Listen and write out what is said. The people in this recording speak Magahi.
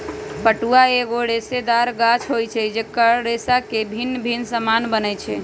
पटुआ एगो रेशेदार गाछ होइ छइ जेकर रेशा से भिन्न भिन्न समान बनै छै